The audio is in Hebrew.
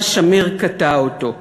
אבל שמיר קטע אותו: